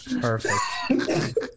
perfect